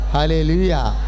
Hallelujah